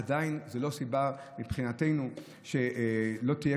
עדיין זו לא סיבה מבחינתנו שלא תהיה